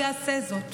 הוא יעשה זאת.